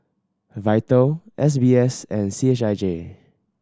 Vital S B S and C H I J